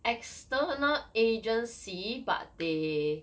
external agency but they